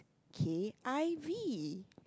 K_I_V